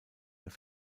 mehr